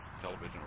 television